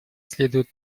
следует